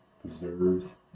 preserves